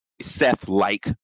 Seth-like